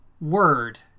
word